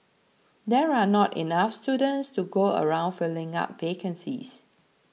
there are not enough students to go around filling up vacancies